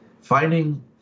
finding